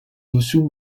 dessous